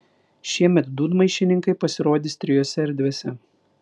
šiemet dūdmaišininkai pasirodys trijose erdvėse